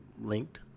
linked